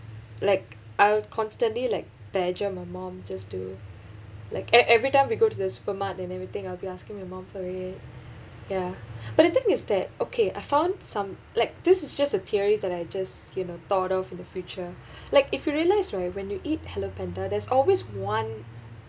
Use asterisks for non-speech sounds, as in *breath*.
like I'll constantly like badger my mom just to like e~ every time we go to the supermart and everything I'll be asking my mom for it ya *breath* but the thing is that okay I found some like this is just a theory that I just you know thought of in the future *breath* like if you realize right when you eat hello panda there's always one